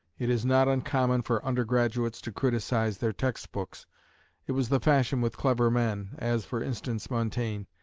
it is not uncommon for undergraduates to criticise their text-books it was the fashion with clever men, as, for instance, montaigne,